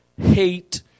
hate